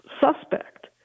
suspect